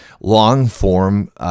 long-form